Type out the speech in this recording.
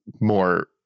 more